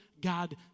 God